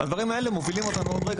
הדברים האלה מובילים אותנו עוד רגע